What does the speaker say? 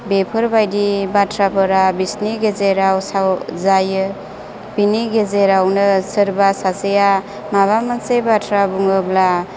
बेफोरबायदि बाथ्राफोरा बिसोरनि गेजेराव साव जायो बिनि गेजेरावनो सोरबा सासेया माबा मोनसे बाथ्रा बुङोब्ला